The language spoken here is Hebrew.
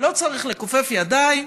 לא צריך לכופף ידיים.